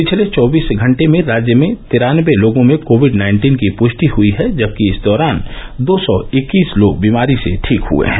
पिछले चौबीस घंटे में राज्य में तिरानबे लोगों में कोविड नाइन्टीन की पुष्टि हुयी है जबकि इस दौरान दो सौ इक्कीस लोग बीमारी से ठीक हुए हैं